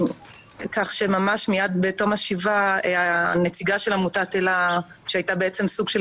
כך שממש מיד בתוך השבעה הנציגה של עמותת אלה שהייתה בעצם סוג של